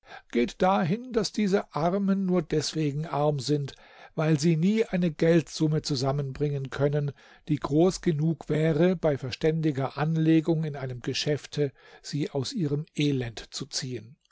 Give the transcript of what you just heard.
geht dahin daß diese armen nur deswegen arm sind weil sie nie eine geldsumme zusammenbringen können die groß genug wäre bei verständiger anlegung in einem geschäfte sie aus ihrem elend zu ziehen